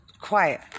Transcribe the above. Quiet